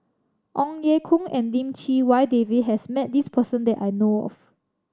Ong Ye Kung and Lim Chee Wai David has met this person that I know of